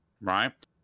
right